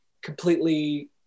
completely